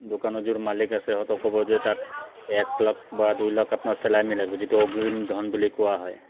দোকানৰ যোন মালিক আছে সিহঁতেও ক'ব যে তাত এক লাখ বা দুই লাখ আপোনাৰ যিটো অগ্ৰিম ধন বুলি কোৱা হয়